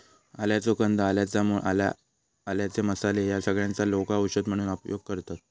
आल्याचो कंद, आल्याच्या मूळ, आला, आल्याचे मसाले ह्या सगळ्यांचो लोका औषध म्हणून उपयोग करतत